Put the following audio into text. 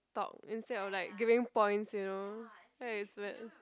talk instead of like giving points you know right it's bet~